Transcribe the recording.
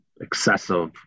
excessive